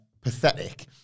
pathetic